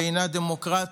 והיא דמוקרטית,